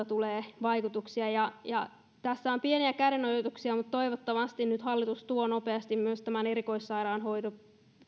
tulee vaikutuksia tässä on pieniä kädenojennuksia mutta toivottavasti hallitus tuo nyt nopeasti myös tämän erikoissairaanhoidon